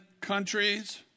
countries